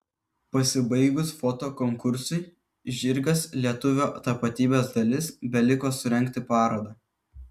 pasibaigus fotokonkursui žirgas lietuvio tapatybės dalis beliko surengti parodą